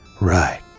Right